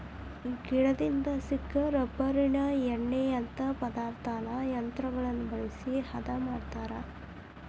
ಗಿಡದಾಗಿಂದ ಸಿಕ್ಕ ರಬ್ಬರಿನ ಎಣ್ಣಿಯಂತಾ ಪದಾರ್ಥಾನ ಯಂತ್ರಗಳನ್ನ ಬಳಸಿ ಹದಾ ಮಾಡತಾರ